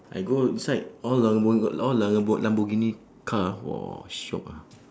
I go inside all lambo~ all la~ lambo~ lamborghini car !wah! shiok ah